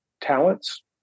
talents